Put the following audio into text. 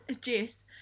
Jess